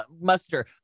muster